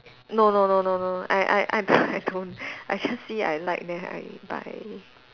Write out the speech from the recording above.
no no no no no I I I I don't I just see I like then I buy